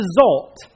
result